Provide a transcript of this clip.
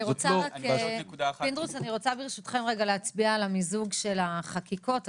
אני רוצה, ברשותכם, להצביע על המיזוג של החקיקות.